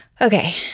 Okay